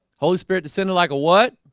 holy spirit descended like a what?